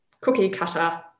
cookie-cutter